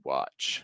Watch